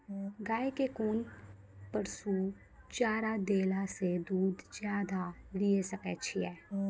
गाय के कोंन पसुचारा देला से दूध ज्यादा लिये सकय छियै?